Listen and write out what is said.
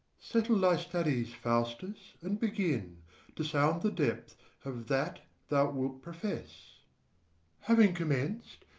settle thy studies, faustus, and begin to sound the depth of that thou wilt profess having commenc'd,